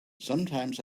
sometimes